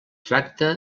tracta